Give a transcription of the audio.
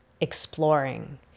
exploring